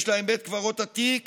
יש להם בית קברות עתיק